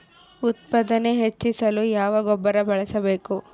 ಉತ್ಪಾದನೆ ಹೆಚ್ಚಿಸಲು ಯಾವ ಗೊಬ್ಬರ ಬಳಸಬೇಕು?